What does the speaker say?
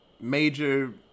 major